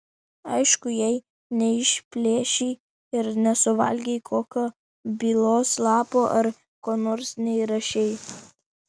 aišku jei neišplėšei ir nesuvalgei kokio bylos lapo ar ko nors neįrašei